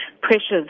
pressures